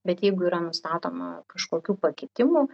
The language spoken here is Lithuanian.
bet jeigu yra nustatoma kažkokių pakitimų